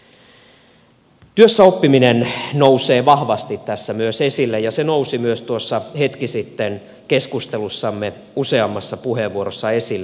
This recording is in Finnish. myös työssäoppiminen nousee vahvasti tässä esille ja se nousi myös tuossa hetki sitten keskustelussamme useammassa puheenvuorossa esille